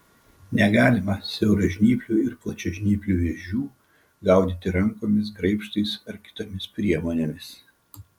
negalima siauražnyplių ir plačiažnyplių vėžių gaudyti rankomis graibštais ar kitomis priemonėmis